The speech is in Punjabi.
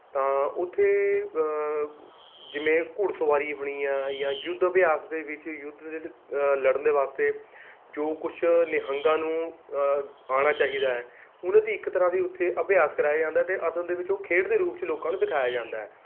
ਤਾਂ ਉੱਥੇ ਜਿੰਨੇ ਘੋੜ ਸਵਾਰੀ ਹੋਣੀ ਆ ਜਾਂ ਯੁੱਧ ਅਭਿਆਸ ਦੇ ਵਿੱਚ ਯੁੱਧ ਲੜਨ ਦੇ ਵਾਸਤੇ ਜੋ ਕੁਛ ਨਿਹੰਗਾਂ ਨੂੰ ਆਉਣਾ ਚਾਹੀਦਾ ਹੈ ਉਹਨਾਂ ਦੀ ਇੱਕ ਤਰ੍ਹਾਂ ਦੀ ਉੱਥੇ ਅਭਿਆਸ ਕਰਾਇਆ ਜਾਂਦਾ ਹੈ ਅਤੇ ਅਸਲ ਦੇ ਵਿੱਚ ਉਹ ਖੇਡ ਦੇ ਰੂਪ ਵਿੱਚ ਲੋਕਾਂ ਨੂੰ ਦਿਖਾਇਆ ਜਾਂਦਾ ਹੈ